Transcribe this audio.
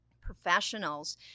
professionals